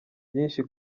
byinshi